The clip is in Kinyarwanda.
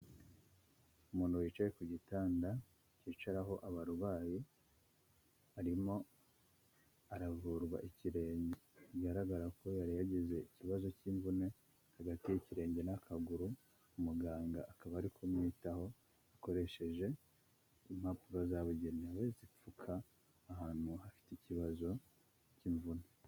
Umuntu wicaye ku gitanda cyicaraho abarwayi, arimo aravurwa ikirenge bigaragara ko yari yagize ikibazo cy'imvune hagati y'irenge n'akaguru, umuganga akaba ari kumwitaho akoresheje impapuro zabugenewe zipfuka ahantu hafite ikibazo cy'imvune.